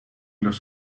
los